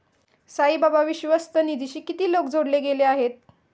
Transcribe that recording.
साईबाबा विश्वस्त निधीशी किती लोक जोडले गेले आहेत?